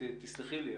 תסלחי לי,